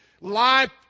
Life